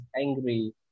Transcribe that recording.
angry